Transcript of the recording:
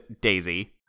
Daisy